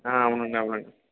అవునండి అవునండి